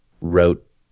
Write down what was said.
wrote